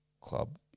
club